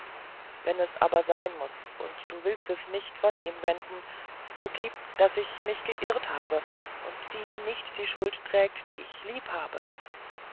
wenn es aber sein muß und du willst es nicht von ihm wenden so gib daß ich mich geirrt habe und die nicht die schuld trägt die ich lieb habe